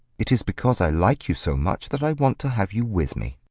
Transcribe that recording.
it is because i like you so much that i want to have you with me.